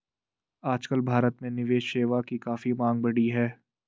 आजकल भारत में निवेश सेवा की काफी मांग बढ़ी है